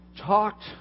talked